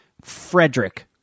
Frederick